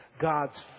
God's